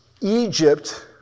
Egypt